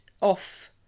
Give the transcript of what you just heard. off